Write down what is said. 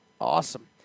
Awesome